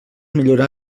millorar